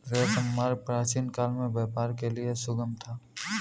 रेशम मार्ग प्राचीनकाल में व्यापार के लिए सुगम था